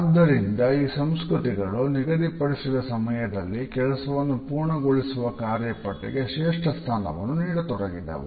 ಆದ್ದರಿಂದ ಈ ಸಂಸ್ಕೃತಿಗಳು ನಿಗದಿಪಡಿಸಿದ ಸಮಯದಲ್ಲಿ ಕೆಲಸವನ್ನು ಪೂರ್ಣಗೊಳಿಸುವ ಕಾರ್ಯಪಟ್ಟಿಗೆ ಶ್ರೇಷ್ಠ ಸ್ಥಾನವನ್ನು ನೀಡತೊಡಗಿದವು